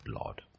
Lord